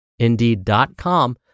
Indeed.com